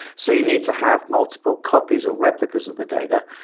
so you need to have multiple copies or replicas of the data.